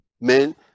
men